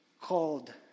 called